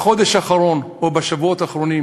בחודש האחרון או בשבועות האחרונים